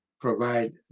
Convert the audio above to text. provide